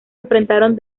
enfrentaron